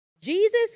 Jesus